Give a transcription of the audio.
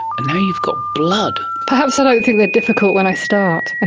and now you've got blood. perhaps i don't think they're difficult when i start, and